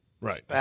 right